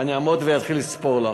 אני אעמוד ואתחיל לספור לך,